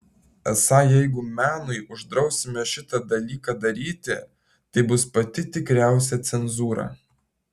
esą jeigu menui uždrausime šitą dalyką daryti tai bus pati tikriausia cenzūra